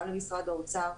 גם למשרד האוצר,